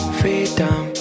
freedom